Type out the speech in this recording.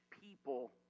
people